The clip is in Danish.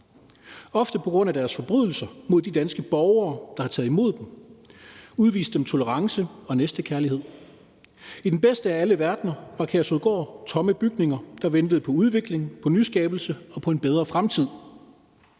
ofte på grund af deres forbrydelser mod de danske borgere, der har taget imod dem, udvist dem tolerance og næstekærlighed. I den bedste af alle verdener var Kærshovedgård tomme bygninger, der ventede på udvikling, på nyskabelse og på en bedre fremtid.